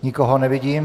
Nikoho nevidím.